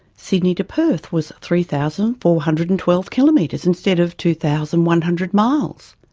sydney to perth was three thousand four hundred and twelve kilometres instead of two thousand one hundred miles.